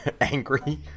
Angry